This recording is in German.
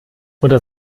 unter